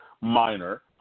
minor